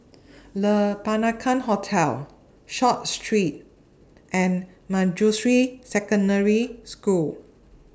Le Peranakan Hotel Short Street and Manjusri Secondary School